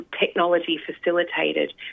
technology-facilitated